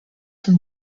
from